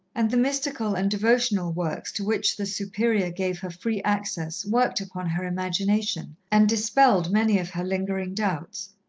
and the mystical and devotional works to which the superior gave her free access worked upon her imagination, and dispelled many of her lingering doubts.